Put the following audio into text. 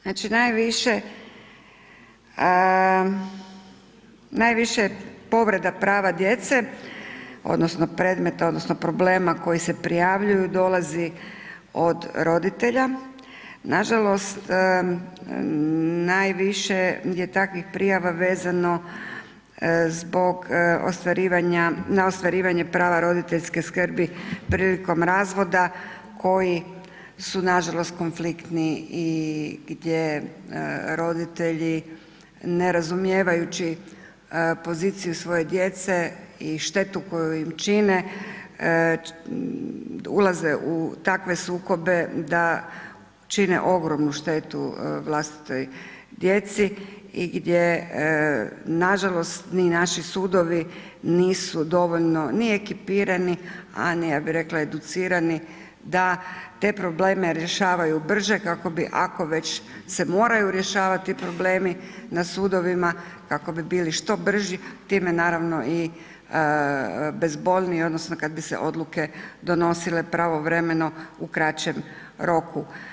Znači najviše povreda prava djece odnosno predmeta odnosno problema koji se prijavljuju dolazi od roditelja, nažalost najviše je takvih prijava vezano zbog na ostvarivanje prava roditeljske skrbi prilikom razvoda koji su nažalost konfliktni i gdje roditelji ne razumijevajući poziciju svoje djece i štetu koju im čine, ulaze u takve sukobe da čine ogromnu štetu vlastitoj djeci gdje nažalost ni naši sudovi nisu dovoljno ni ekipirani a ni ja bi rekla educirani da te probleme rješavaju brže kako bi ako već se moraju rješavati problemi na sudovima kako bi bili što brži, time naravno i bezbolnije, odnosno kad bi se odluke donosile pravovremeno u kraćem roku.